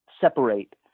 separate